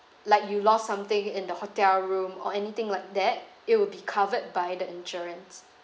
like you lost something in the hotel room or anything like that it will be covered by the insurance